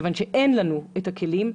כיוון שאין לנו הכלים.